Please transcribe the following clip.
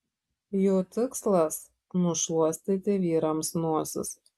jų tikslas nušluostyti vyrams nosis